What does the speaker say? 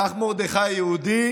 כך מרדכי היהודי